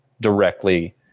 directly